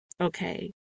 okay